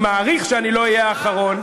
אני מעריך שאני לא אהיה האחרון,